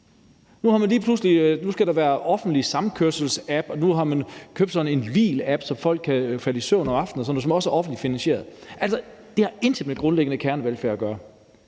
nu skal der være en offentlig samkørselsapp, og man har købt sådan en hvilapp, så folk kan falde i søvn om aftenen, som også er offentligt finansieret. Altså, det har intet med grundlæggende kernevelfærd at gøre.